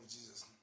Jesus